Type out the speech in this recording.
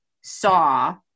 saw